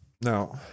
Now